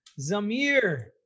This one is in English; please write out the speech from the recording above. Zamir